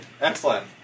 excellent